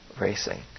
racing